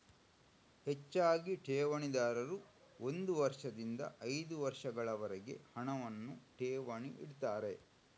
ಹೆಚ್ಚಾಗಿ ಠೇವಣಿದಾರರು ಒಂದು ವರ್ಷದಿಂದ ಐದು ವರ್ಷಗಳವರೆಗೆ ಹಣವನ್ನ ಠೇವಣಿ ಇಡ್ತಾರೆ